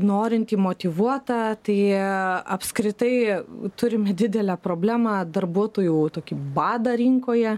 norintį motyvuotą tai apskritai turime didelę problemą darbuotojų tokį badą rinkoje